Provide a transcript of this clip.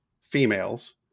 females